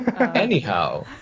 Anyhow